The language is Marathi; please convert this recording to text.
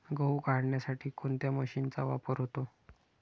गहू काढण्यासाठी कोणत्या मशीनचा वापर होतो?